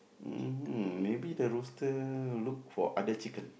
mm maybe the rooster look for other chicken